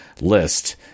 list